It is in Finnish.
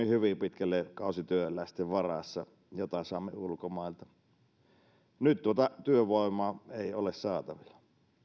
hyvin pitkälle kausityöläisten varassa jota saamme ulkomailta nyt tuota työvoimaa ei ole saatavilla